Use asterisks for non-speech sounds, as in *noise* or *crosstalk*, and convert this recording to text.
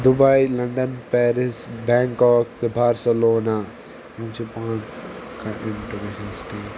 Dubai London Paris Bangkok تہٕ Barcelona یِم چھِ پانٛژ *unintelligible*